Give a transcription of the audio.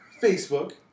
Facebook